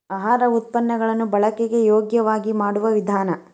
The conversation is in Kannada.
ಆಹಾರ ಉತ್ಪನ್ನ ಗಳನ್ನು ಬಳಕೆಗೆ ಯೋಗ್ಯವಾಗಿ ಮಾಡುವ ವಿಧಾನ